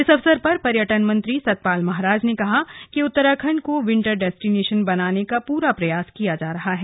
इस अवसर पर पर्यटन मंत्री सतपाल महाराज ने कहा कि उत्तराखंड को विंटर डेस्टिनेशन बनाने का पूरा प्रयास किया जा रहा है